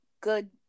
good